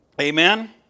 Amen